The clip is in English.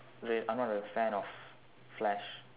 I'm not a fan of Flash